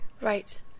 Right